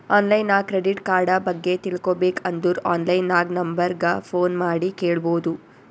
online ನಾಗ್ credit card ಬಗ್ಗೆ ತಿಳ್ಕೋಬೇಕ್ ಅಂದುರ್ ಆನ್ಲೈನ್ ನಾಗ್ ನಂಬರ್ ಗ ಫೋನ್ ಮಾಡಿ ಕೇಳ್ಬೋದು